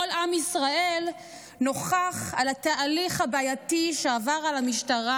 כל עם ישראל נוכח לתהליך הבעייתי שעבר על המשטרה,